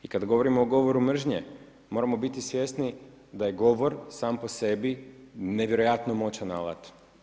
I kada govorimo o govoru mržnje, moramo biti svjesni da je govor sam po sebi nevjerojatno moćan alat.